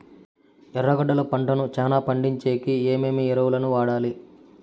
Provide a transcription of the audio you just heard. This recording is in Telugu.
ఎర్రగడ్డలు పంటను చానా పండించేకి ఏమేమి ఎరువులని వాడాలి?